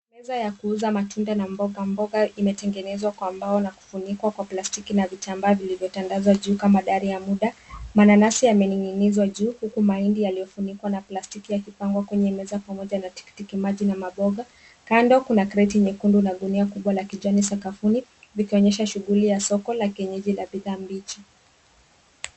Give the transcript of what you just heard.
Meza ya kuuza matunda na mboga mboga imetengenezwa kwa mbao na kufunikwa kwa plastiki na vitambaa vilivyotangazwa juu kama dari ya muda. Mananasi yamening'inizwa juu huku mahindi yaliyofunikwa na plastiki yakipangwa kwenye meza pamoja na tikitiki maji na mamboga. Kando kuna kreti nyekundu na gunia kubwa la kijani sakafuni vikionyesha shughuli ya soko la kienyeji la bidhaa mbichi.